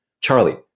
Charlie